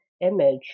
image